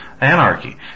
anarchy